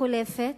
חולפת,